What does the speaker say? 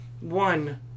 one